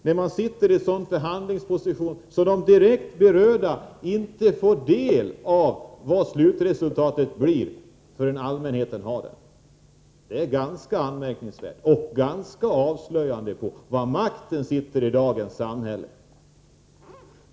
Man har suttit i en sådan förhandlingposition att det direkt berörda inte fått del av slutresultatet förrän det kommit till allmänhetens kännedom. Det är ganska anmärkningsvärt och ganska avslöjande för vad makten finns i dagens samhälle.